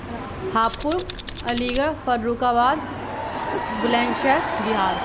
Hapur Aligarh Farrukhabad Bulandshahr Bihar